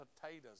potatoes